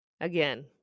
Again